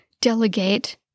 delegate